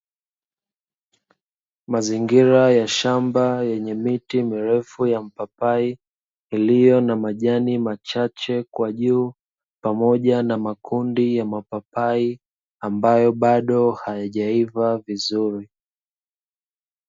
Mazingira ya shamba yenye miti mirefu ya mpapai, iliyo na majani machache kwa juu, pamoja na makundi ya mapapai ambayo bado hayajaiva vizuri.